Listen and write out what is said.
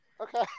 Okay